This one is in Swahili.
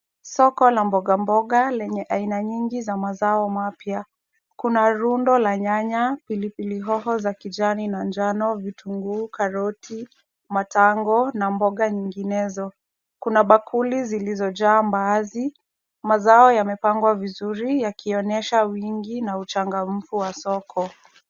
Soko la mboga mboga lenye aina mingi za mazao mapya. Kuna rundo la nyanya, pilipili hoho za kijani na njano, vitunguu, karoti, matango na mboga nyinginezo. Kuna bakuli zilizojaa mbaazi. Mazao yamepangwa vizuri yakionyesha wingi na uchangamfu wa soko.